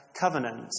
covenant